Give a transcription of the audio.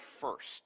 first